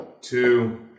two